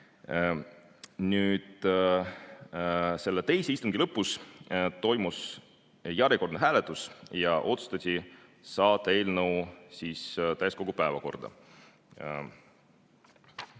tutvustama. Teise istungi lõpus toimus järjekordne hääletus ja otsustati saata eelnõu täiskogu päevakorda.